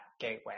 gateway